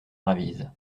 ravise